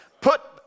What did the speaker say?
put